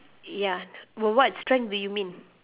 ya but what strength do you mean